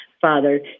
Father